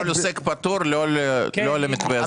עוסק פטור, לא על המתווה הזה.